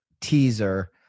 teaser